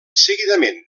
seguidament